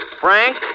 Frank